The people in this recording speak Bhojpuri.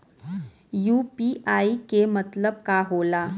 यू.पी.आई के मतलब का होला?